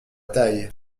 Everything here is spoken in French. taille